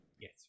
Yes